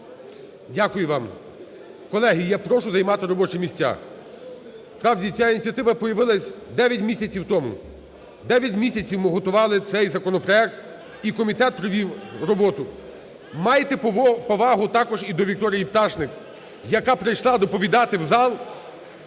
Дякую вам. Колеги, я прошу займати робочі місця. Справді, ця ініціатива появилась 9 місяців тому, 9 місяців ми готували цей законопроект, і комітет провів роботу. Майте повагу також і до Вікторі Пташник, яка прийшла доповідати в зал,